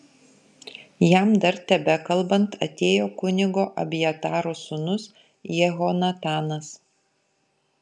jam dar tebekalbant atėjo kunigo abjataro sūnus jehonatanas